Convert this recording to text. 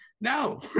No